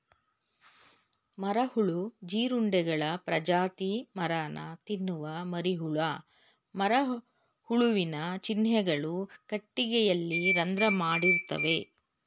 ಮರಹುಳು ಜೀರುಂಡೆಗಳ ಪ್ರಜಾತಿ ಮರನ ತಿನ್ನುವ ಮರಿಹುಳ ಮರಹುಳುವಿನ ಚಿಹ್ನೆಗಳು ಕಟ್ಟಿಗೆಯಲ್ಲಿ ರಂಧ್ರ ಮಾಡಿರ್ತವೆ